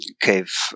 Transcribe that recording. cave